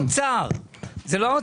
זה לא האוצר, זה אנחנו.